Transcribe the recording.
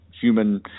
human